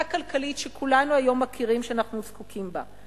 כלכלית שכולנו היום מכירים שאנחנו זקוקים לה: